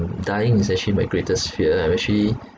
dying is actually my greatest fear I actually